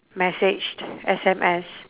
messaged S_M_S